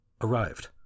arrived